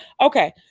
okay